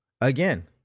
again